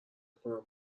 کنم